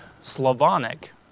Slavonic